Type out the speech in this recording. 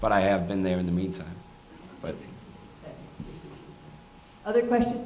but i have been there in the meantime but other questions